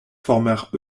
formèrent